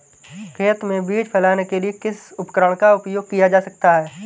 खेत में बीज फैलाने के लिए किस उपकरण का उपयोग किया जा सकता है?